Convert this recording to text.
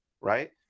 right